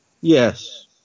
Yes